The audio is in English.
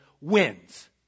wins